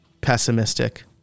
pessimistic